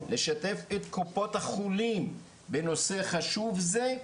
לשתף את קופות החולים בנושא חשוב זה,